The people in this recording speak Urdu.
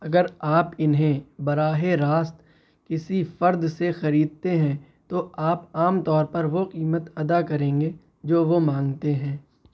اگر آپ انہیں براہِ راست کسی فرد سے خریدتے ہیں تو آپ عام طور پر وہ قیمت ادا کریں گے جو وہ مانگتے ہیں